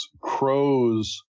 crows